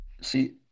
see